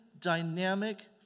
dynamic